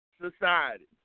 society